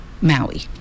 Maui